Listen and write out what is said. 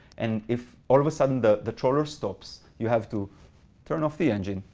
and if all of a sudden the the trawler stops, you have to turn off the engine,